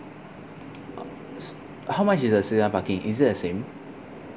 how much is a season parking is it a same